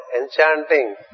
enchanting